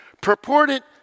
purported